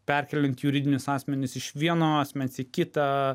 perkeliant juridinius asmenis iš vieno asmens į kitą